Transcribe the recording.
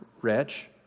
rich